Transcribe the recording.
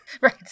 Right